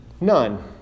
None